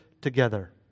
together